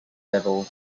level